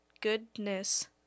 goodness